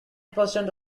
percent